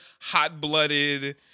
hot-blooded